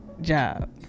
job